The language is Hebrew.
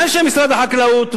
ואנשי משרד החקלאות,